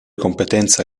competenza